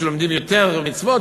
שלומדים יותר מצוות,